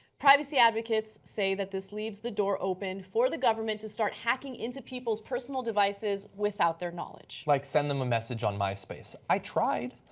privacy advocates say this leaves the door open for the government to start hacking into people's personal devices without their knowledge. like send them a message on myspace. i tried.